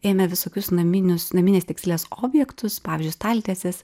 ėmė visokius naminius naminės tekstilės objektus pavyzdžiui staltieses